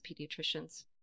pediatricians